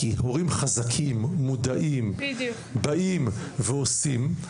כי הורים חזקים מודעים באים ועושים,